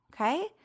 okay